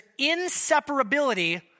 inseparability